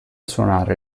suonare